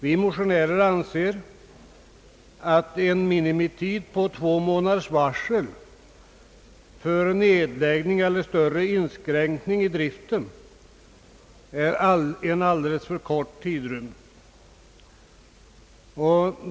Vi motionärer anser att en minimitid på två månader för varsel om nedläggning av ett företag eller större inskränkning i driften är alldeles för kort.